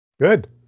Good